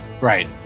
Right